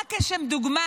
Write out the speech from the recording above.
ורק לשם דוגמה,